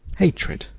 hatred,